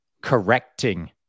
correcting